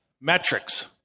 metrics